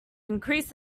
increased